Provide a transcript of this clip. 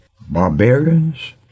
barbarians